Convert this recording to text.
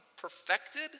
perfected